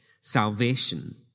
salvation